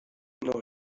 know